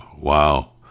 Wow